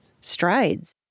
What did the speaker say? strides